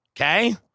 Okay